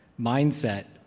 mindset